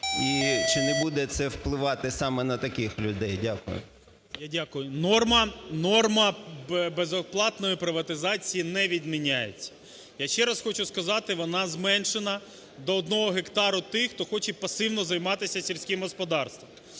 і чи не буде це впливати саме на таких людей? Дякую. 10:56:29 ІВЧЕНКО В.Є. Я дякую. Норма безоплатної приватизації не відміняється. Я ще раз хочу сказати, вона зменшена до 1 гектару тих, хто хоче посильно займатися сільським господарством.